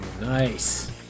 nice